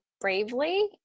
bravely